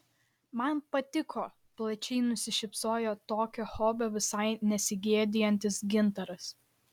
man patiko plačiai nusišypsojo tokio hobio visai nesigėdijantis gintaras